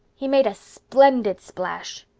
he made a splendid splash.